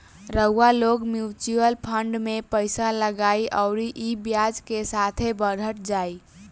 रउआ लोग mutual fund मे पइसा लगाई अउरी ई ब्याज के साथे बढ़त जाई